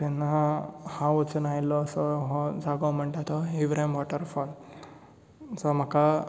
तेन्ना हांव वचून आयलो असो हो जागो म्हणटा तो हीवरेम वॉटरफॉल जो म्हाका